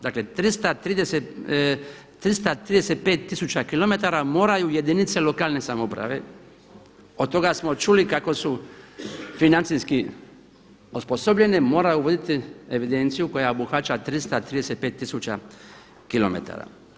Dakle 335 tisuća kilometara moraju jedinice lokalne samouprave, od toga smo čuli kako su financijski osposobljene moraju voditi evidenciju koja obuhvaća 335 tisuća kilometara.